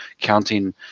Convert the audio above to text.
counting